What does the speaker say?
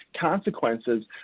consequences